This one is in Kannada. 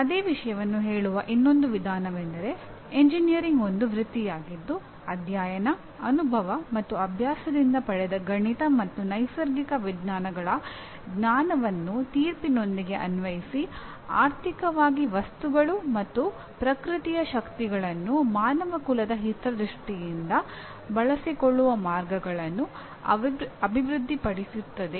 ಅದೇ ವಿಷಯವನ್ನು ಹೇಳುವ ಇನ್ನೊಂದು ವಿಧಾನವೆಂದರೆ ಎಂಜಿನಿಯರಿಂಗ್ ಒಂದು ವೃತ್ತಿಯಾಗಿದ್ದು ಅಧ್ಯಯನ ಅನುಭವ ಮತ್ತು ಅಭ್ಯಾಸದಿಂದ ಪಡೆದ ಗಣಿತ ಮತ್ತು ನೈಸರ್ಗಿಕ ವಿಜ್ಞಾನಗಳ ಜ್ಞಾನವನ್ನು ತೀರ್ಪಿನೊಂದಿಗೆ ಅನ್ವಯಿಸಿ ಆರ್ಥಿಕವಾಗಿ ವಸ್ತುಗಳು ಮತ್ತು ಪ್ರಕೃತಿಯ ಶಕ್ತಿಗಳನ್ನು ಮಾನವಕುಲದ ಹಿತದೃಷ್ಟಿಯಿಂದ ಬಳಸಿಕೊಳ್ಳುವ ಮಾರ್ಗಗಳನ್ನು ಅಭಿವೃದ್ಧಿಪಡಿಸುತ್ತದೆ